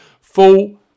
Full